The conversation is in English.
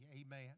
Amen